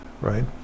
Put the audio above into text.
right